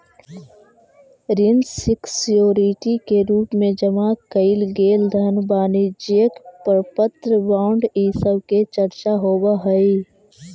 ऋण सिक्योरिटी के रूप में जमा कैइल गेल धन वाणिज्यिक प्रपत्र बॉन्ड इ सब के चर्चा होवऽ हई